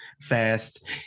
Fast